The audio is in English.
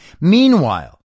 Meanwhile